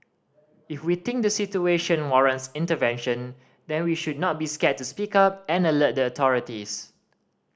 if we think the situation warrants intervention then we should not be scared to speak up and alert the authorities